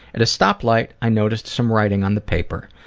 at a stoplight i noticed some writing on the paper.